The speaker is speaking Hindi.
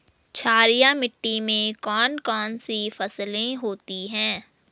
क्षारीय मिट्टी में कौन कौन सी फसलें होती हैं?